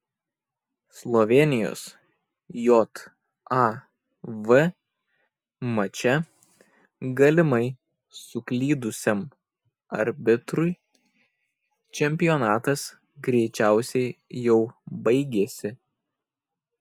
slovėnijos jav mače galimai suklydusiam arbitrui čempionatas greičiausiai jau baigėsi